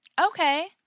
Okay